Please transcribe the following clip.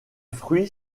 fruits